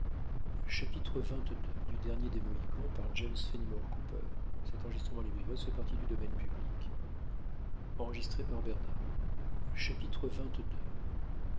littéraires james fenimore cooper